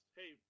hey